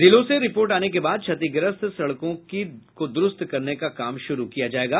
जिलों से रिपोर्ट आने के बाद क्षतिग्रस्त सड़कों को दुरूस्त करने का काम श्रू किया जायेगा